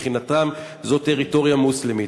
מבחינתם זאת טריטוריה מוסלמית.